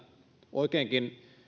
oikeinkin